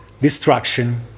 destruction